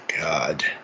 god